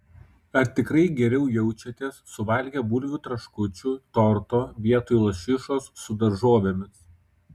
ar tikrai geriau jaučiatės suvalgę bulvių traškučių torto vietoj lašišos su daržovėmis